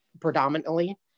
predominantly